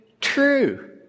true